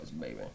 baby